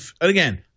again